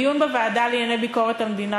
בדיון בוועדה לענייני ביקורת המדינה